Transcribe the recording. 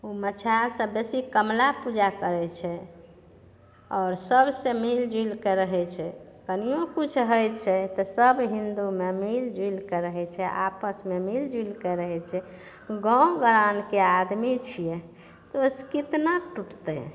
ओ मछहासभ बेसी कमला पूजा करै छै आओर सबसे मिलिजुलिके रहै छै कनिओ किछु होइ छै तऽ सब हिन्दूमे मिलिजुलिके रहै छै आपसमे मिलिजुलिके रहै छै गाम ग्रामके आदमी छिए तऽ ओहिसे कतना टुटतै